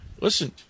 listen